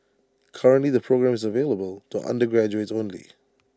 currently the programme is available to undergraduates only